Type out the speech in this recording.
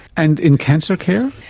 and in cancer care?